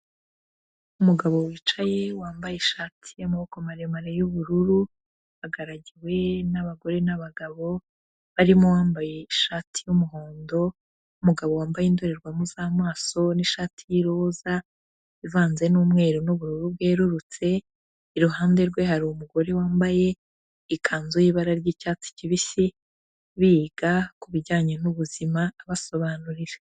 Umugabo wicaye wambaye ishati y'amaboko maremare y'ubururu agaragiwe n'abagore n'abagabo, harimo uwambaye ishati y'umuhondo, umugabo wambaye indorerwamu z'amaso n'ishati y'iroza, ivanze n'umweru n'ubururu bwerurutse, iruhande rwe hari umugore wambaye ikanzu y'ibara ry'icyatsi kibisi biga kubijyanye n'ubuzima abasobanurira.